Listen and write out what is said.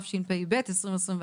התשפ"ב-2021,